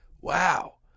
wow